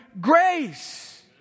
grace